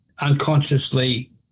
unconsciously